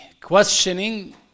questioning